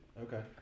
Okay